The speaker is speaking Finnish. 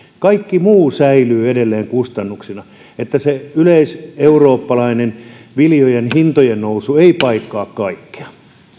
kaikki muu säilyy edelleen kustannuksina se yleiseurooppalainen viljojen hintojen nousu ei paikkaa kaikkea